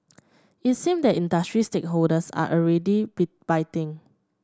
it seems that industry stakeholders are already be biting